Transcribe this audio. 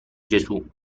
gesù